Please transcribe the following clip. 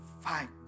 fight